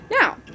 now